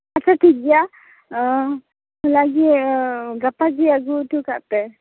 ᱟᱪᱪᱷᱟ ᱴᱷᱤᱠᱜᱮᱭᱟ ᱦᱚᱞᱟᱜᱮ ᱜᱟᱯᱟᱜᱮ ᱟᱹᱜᱩ ᱦᱚᱴᱚ ᱠᱟᱜ ᱯᱮ